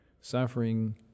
suffering